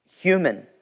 human